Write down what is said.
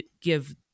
give